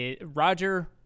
Roger